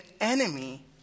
enemy